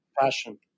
passion